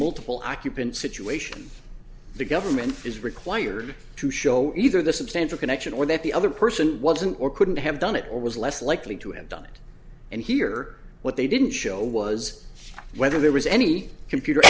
multiple occupants situation the government is required to show either the substantial connection or that the other person wasn't or couldn't have done it or was less likely to have done it and here what they didn't show was whether there was any computer